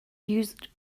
used